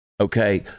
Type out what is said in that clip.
Okay